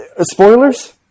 Spoilers